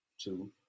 two